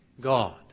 God